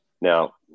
Now